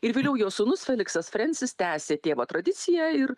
ir vėliau jo sūnus feliksas frensis tęsė tėvo tradiciją ir